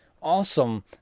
awesome